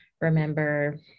remember